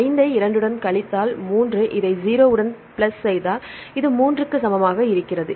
5 ஐ 2 உடன் கழித்தால் 3 இதை 0 உடன் பிளஸ் செய்தால் இது 3 க்கு சமமாக இருக்கிறது